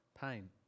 pain